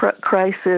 crisis